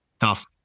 Tough